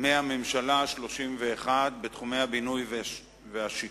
פעילות הממשלה השלושים-ואחת בתחומי הבינוי והשיכון.